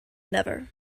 never